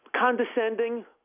condescending